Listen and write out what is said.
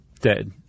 dead